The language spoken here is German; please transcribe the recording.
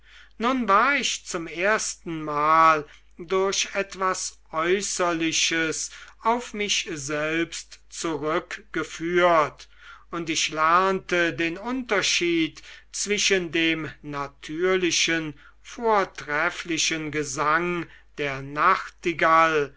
nun war ich zum erstenmal durch etwas äußerliches auf mich selbst zurückgeführt und ich lernte den unterschied zwischen dem natürlichen vortrefflichen gesang der nachtigall